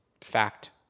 fact